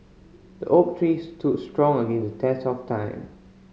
the oak tree stood strong against the test of time